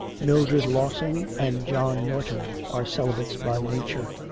mildred lawson and john norton are celibates by nature.